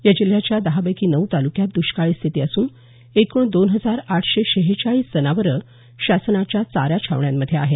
या जिल्ह्याच्या दहापैकी नऊ तालुक्यात दुष्काळी स्थिती असून एकूण दोन हजार आठशे शेहेचाळीस जनावरं शासनाच्या चारा छावण्यांमध्ये आहेत